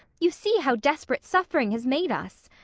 you see how desperate suffering has made us.